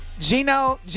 Gino